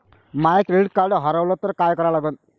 माय credit card हारवलं तर काय करा लागन?